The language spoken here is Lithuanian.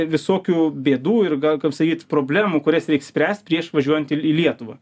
visokių bėdų ir gal kaip sakyt problemų kurias reik spręst prieš važiuojant į į lietuvą